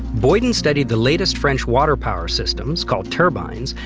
boyden studied the latest french water power systems, called turbines,